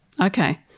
okay